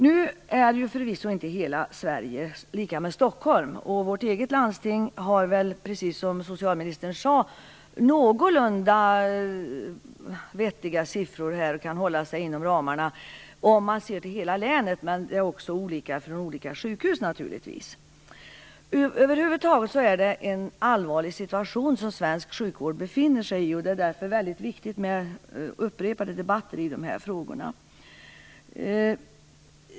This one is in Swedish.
Nu är hela Sverige förvisso inte lika med Stockholm. Vårt eget landsting har, precis som socialministern sade, någorlunda vettiga siffror. Man håller sig inom ramarna om man ser till hela länet. Det är dock naturligtvis olika på olika sjukhus. Över huvud taget befinner sig svensk sjukvård i en allvarlig situation. Det är därför väldigt viktigt med upprepade debatter i dessa frågor.